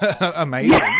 amazing